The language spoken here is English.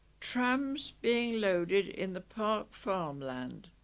trams being loaded in the park farm land